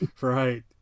Right